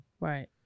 right